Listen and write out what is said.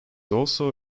also